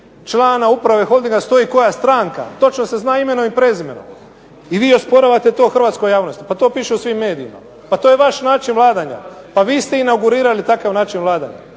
člana uprave Holdinga stoji koja stranka. Točno se zna imenom i prezimenom. I vi osporavate to hrvatskoj javnosti. Pa to piše u svim medijima. Pa to je vaš način vladanja. Pa vi ste inaugurirali takav način vladanja.